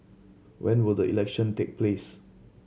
when will the election take place